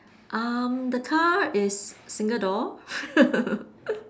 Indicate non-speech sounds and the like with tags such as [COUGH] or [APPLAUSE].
um the car is single door [LAUGHS]